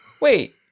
wait